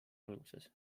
alguses